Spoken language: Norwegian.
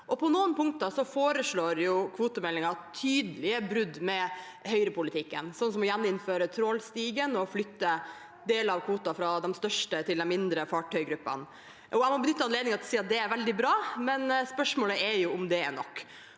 På noen punkter foreslår kvotemeldingen tydelige brudd med høyrepolitikken, som f.eks. å gjeninnføre trålstigen og flytte deler av kvoten fra de største til de mindre fartøygruppene. Jeg må benytte anledningen til å si at det er veldig bra, men spørsmålet er om det er nok.